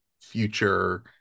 future